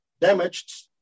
damaged